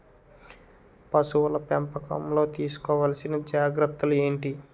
పశువుల పెంపకంలో తీసుకోవల్సిన జాగ్రత్తలు ఏంటి?